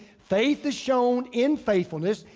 faith is shown in faithfulness.